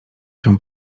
się